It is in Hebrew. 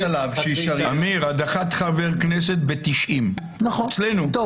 אמיר, הדחת חבר כנסת ב-90 אצלנו, בצדק.